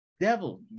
devil